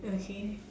okay